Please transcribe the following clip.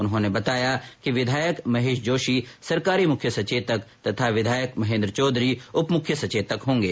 उन्होंने बताया कि विधायक महेश जोशी सरकारी मुख्य सचेतक तथा विधायक महेन्द्र चौधरी उपमुख्य सचेतक होंगे